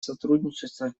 сотрудничество